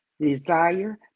desire